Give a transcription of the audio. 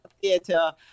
Theater